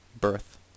birth